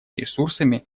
ресурсами